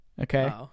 Okay